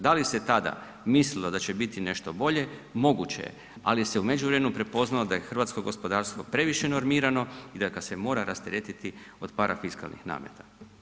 Da li se tada mislilo da će biti nešto bolje, moguće je ali se u međuvremenu prepoznalo da je hrvatsko gospodarstvo previše normirano i da ga se mora rasteretiti od parafiskalnih nameta.